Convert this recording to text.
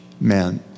men